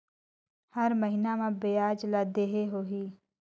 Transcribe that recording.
हर महीना मा ब्याज ला देहे होही?